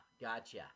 Gotcha